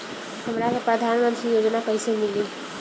हमरा के प्रधानमंत्री योजना कईसे मिली?